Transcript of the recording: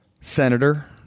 senator